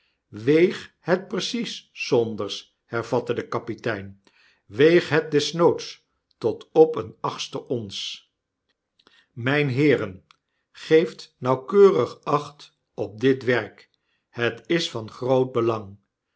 weeg het precies saunders hervatte de kapitein weeg het desnoods tot op een achtste ons mijnheeren geeft nauwkeurigacht op dit werk het i van groot belang